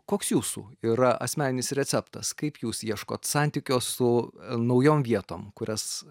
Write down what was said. koks jūsų yra asmeninis receptas kaip jūs ieškot santykio su naujom vietom kurias